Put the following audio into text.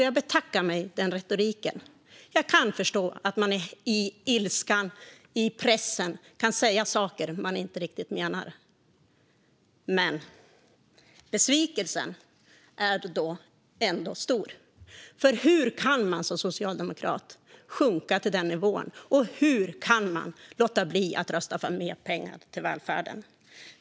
Jag betackar mig för den retoriken. Jag kan förstå att man i ilska och under press kan säga saker som man inte riktigt menar, men besvikelsen är ändå stor. För hur kan man som socialdemokrat sjunka till den nivån, och hur kan man låta bli att rösta för mer pengar till välfärden?